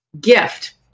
Gift